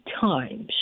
times